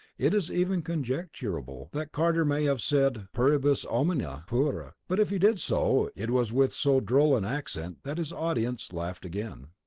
it is even conjecturable that carter may have said puribus omnia pura but if he did so, it was with so droll an accent that his audience laughed again.